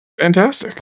Fantastic